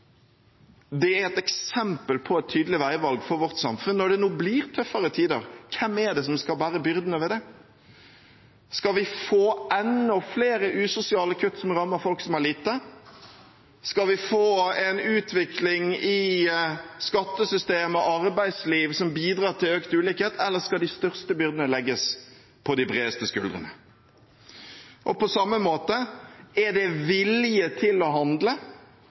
det er et eksempel på et tydelig veivalg for vårt samfunn når det nå blir tøffere tider. Hvem er det som skal bære byrdene ved det? Skal vi få enda flere usosiale kutt som rammer folk som har lite? Skal vi få en utvikling i skattesystem og arbeidsliv som bidrar til økt ulikhet, eller skal de største byrdene legges på de bredeste skuldrene? Og på samme måte: Er det vilje til å handle